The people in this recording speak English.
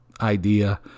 idea